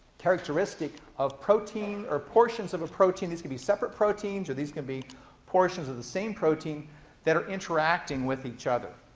characteristic of protein, or portions of a protein. these can be separate proteins or these can be portions of the same protein that are interacting with each other.